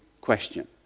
question